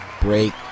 break